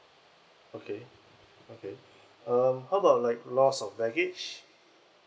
okay okay um how about like lost of baggage